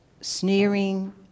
sneering